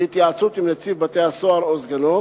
בהתייעצות עם נציב בתי-הסוהר או סגנו.